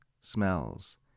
smells